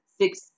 six